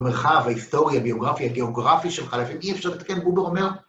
מרחב ההיסטוריה, ביוגרפיה, גיאוגרפי של חלפים. אי אפשר לתקן, גובר אומר.